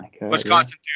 Wisconsin